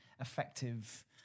effective